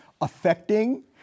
affecting